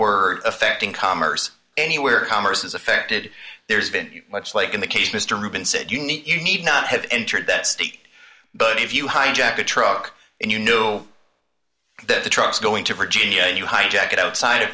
word affecting commerce anywhere commerce is affected there's been much like in the case mr ruben said you need not have entered that state but if you hijack a truck and you know that the trucks going to virginia and you hijack it outside of